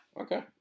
Okay